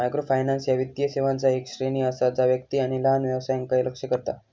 microfinance ह्या वित्तीय सेवांचा येक श्रेणी असा जा व्यक्ती आणि लहान व्यवसायांका लक्ष्य करता